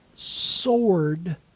sword